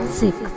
six